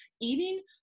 eating